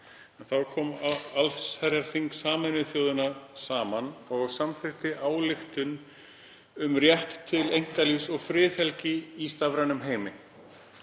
Þá kom allsherjarþing Sameinuðu þjóðanna saman og samþykkti ályktun um rétt til einkalífs og friðhelgi í stafrænum heimi.